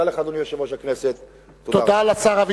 תודה לך, אדוני יושב-ראש הכנסת.